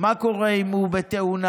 מה קורה אם הוא בתאונה?